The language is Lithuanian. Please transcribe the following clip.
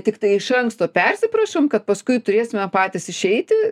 tiktai iš anksto persiprašom kad paskui turėsime patys išeiti